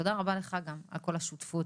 תודה רבה לך גם על כל השותפות,